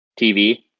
TV